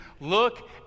Look